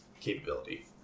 Capability